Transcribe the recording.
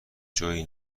جویی